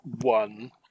one